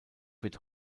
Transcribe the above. wird